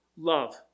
love